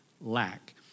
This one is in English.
lack